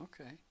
Okay